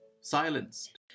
silenced